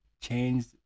changed